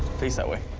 face that way.